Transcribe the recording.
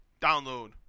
download